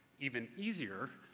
even easier,